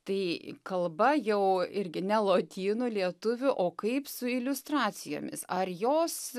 tai kalba jau irgi ne lotynų lietuvių o kaip su iliustracijomis ar jos